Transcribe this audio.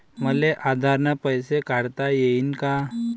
मले आधार न पैसे काढता येईन का?